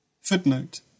Footnote